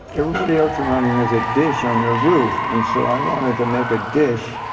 everybody else around here has a dish on their roof. and so, i wanted to make a dish.